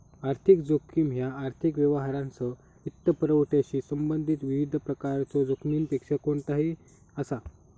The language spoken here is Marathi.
आर्थिक जोखीम ह्या आर्थिक व्यवहारांसह वित्तपुरवठ्याशी संबंधित विविध प्रकारच्यो जोखमींपैकी कोणताही असा